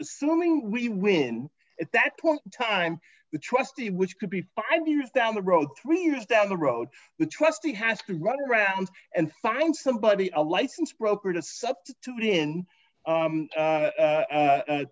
assuming we win at that point in time the trustee which could be five years down the road three years down the road the trustee has to run around and find somebody a license broker to substitute in